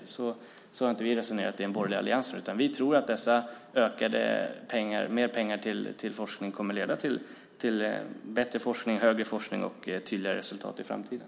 Så har inte vi resonerat i den borgerliga alliansen, utan vi tror att mer pengar till forskning kommer att leda till bättre och högre forskning och tydliga resultat i framtiden.